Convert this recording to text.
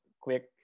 quick